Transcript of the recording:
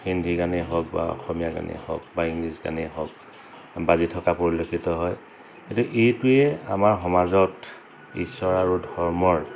হিন্দী গানেই হওক বা অসমীয়া গানেই হওক বা ইংলিছ গানেই হওক বাজি থকা পৰিলক্ষিত হয় কিন্তু এইটোৱে আমাৰ সমাজত ঈশ্বৰ আৰু ধৰ্মৰ